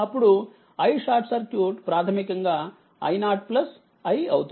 అప్పుడు iSCప్రాథమికంగా i0 i అవుతుంది